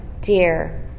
dear